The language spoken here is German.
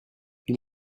wie